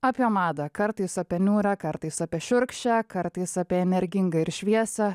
apie madą kartais apie niūrią kartais apie šiurkščią kartais apie energingą ir šviesą